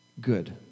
good